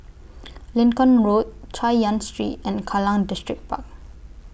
Lincoln Road Chay Yan Street and Kallang Distripark